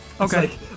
Okay